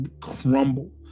crumble